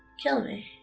kill me.